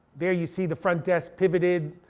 there you see the front desk pivoted.